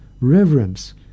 reverence